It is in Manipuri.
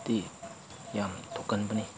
ꯌꯥꯝ ꯊꯣꯛꯀꯟꯕꯅꯤ